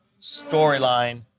storyline